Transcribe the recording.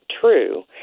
true